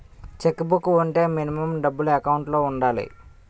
Check book వుంటే minimum డబ్బులు account లో ఉండాలి?